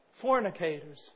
fornicators